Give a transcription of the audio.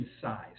size